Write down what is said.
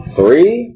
Three